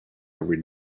every